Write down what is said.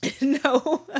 No